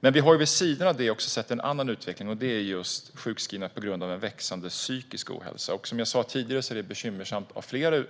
Vid sidan av detta har vi också sett en annan utveckling, och det är sjukskrivningar på grund av en växande psykiska ohälsa. Som jag sa tidigare är det bekymmersamt av flera